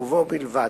ובו בלבד,